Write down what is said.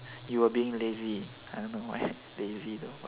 you were being lazy I don't know why lazy though